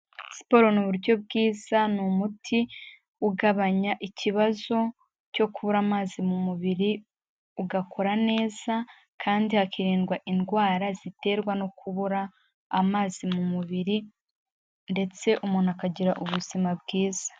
Siporo ni uburyo bwiza ni umuti ugabanya ikibazo cyo kubura amazi mu mubiri, ugakora neza kandi hakiririndwa indwara ziterwa no kubura amazi mu mubiri ndetse umuntu akagira ubuzima bwiza.